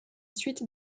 suite